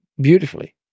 beautifully